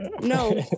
No